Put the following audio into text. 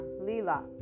Lila